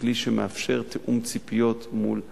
ככלי שמאפשר תיאום ציפיות מול בית-הספר,